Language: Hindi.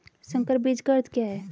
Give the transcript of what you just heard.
संकर बीज का अर्थ क्या है?